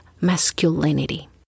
masculinity